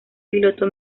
piloto